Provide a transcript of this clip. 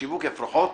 שיווק אפרוחות